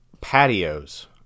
Patios